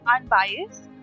unbiased